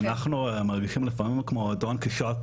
אנחנו מרגישים לפעמים כמו דון קישוט